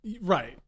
Right